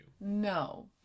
No